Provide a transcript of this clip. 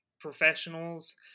professionals